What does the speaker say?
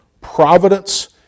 providence